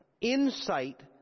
insight